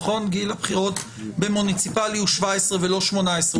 גיל הבחירות במוניציפלי הוא 17 ולא 18,